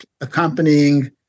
accompanying